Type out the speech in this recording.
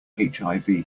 hiv